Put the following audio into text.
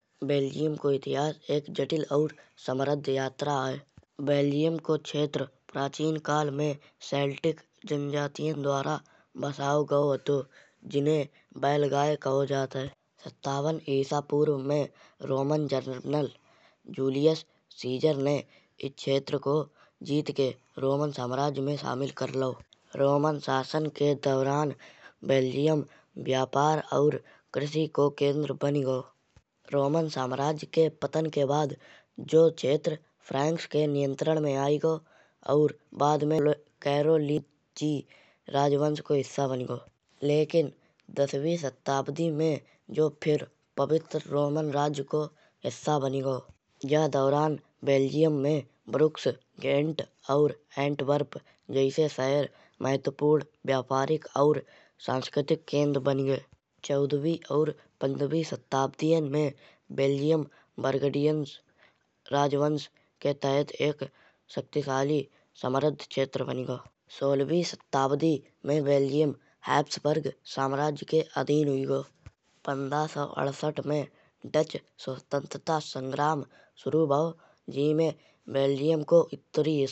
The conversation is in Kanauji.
बेल्जियम को इतिहास एक जटिल और समृद्ध यात्रा है। बेल्जियम को क्षेत्र प्राचीन काल में सेल्टिक जनजातियाँ द्वारा बसाओ गाओ हतो। जिन्हे बैलगााए कहो जात है। सत्तावन इसा पूर्व में रोमम जनरल जूलियस सीजर ने इस क्षेत्र को जीत के रोमन साम्राज्य में शामिल कर लाओ। रोमन शासन के दौरान बेल्जियम व्यापार और कृषि को केंद्र बनी गाओ। रोमन साम्राज्य के पतन के बाद जो क्षेत्र फ्रांस के नियंत्रण में आई गाओ। और बाद में राजवंश को हिस्सा बनी गाओ। लेकिन दसवीं सदी में जाउ फिर पवित्र रोमन राज्य को हिस्सा बनी गाओ। या दौरान बेल्जियम में ब्रुक्स गेन्ट और हेंटवर्प जैसे शहर महत्वपूर्ण व्यावसायिक और सांस्कृतिक केंद्र बनी गए। चौदवीं और पंद्रहवीं सदियाँ में बेल्जियम बरगंडियन राजवंश के तहत एक शक्तिशाली समृद्ध क्षेत्र बनी गाओ। सोलहवीं सदी में बेल्जियम हब्सबर्ग के साम्राज्य के अधीन हुई गाओ। पंद्रह सौ अड़सठ में डच स्वतंत्रता संग्राम शुरू भावो। जिसमे बेल्जियम को उत्तरी हिस्सा नीदरलैंड के रूप में स्वतंत्र हुई गाओ।